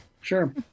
Sure